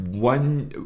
One